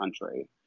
country